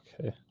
okay